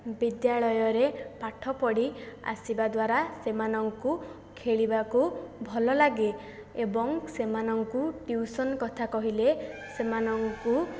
ବିଦ୍ୟାଳୟରେ ପାଠପଢ଼ି ଆସିବା ଦ୍ୱାରା ସେମାନଙ୍କୁ ଖେଳିବାକୁ ଭଲ ଲାଗେ ଏବଂ ସେମାନଙ୍କୁ ଟ୍ୟୁସନ କଥା କହିଲେ ସେମାନଙ୍କୁ